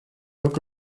look